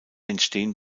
entstehen